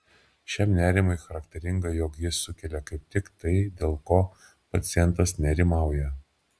šiam nerimui charakteringa jog jis sukelia kaip tik tai dėl ko pacientas nerimauja